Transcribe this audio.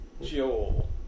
Joel